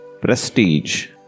prestige